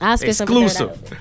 Exclusive